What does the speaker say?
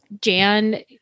Jan